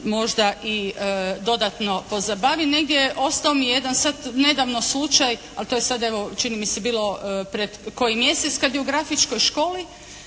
možda i dodatno pozabavi. Negdje, ostao mi je jedan sad nedavno slučaj ali to je sad evo čini mi se bilo pred koji mjesec kada je u Grafičkoj školi